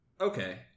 Okay